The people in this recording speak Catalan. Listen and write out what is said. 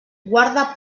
guarda